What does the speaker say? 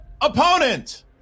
opponent